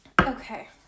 Okay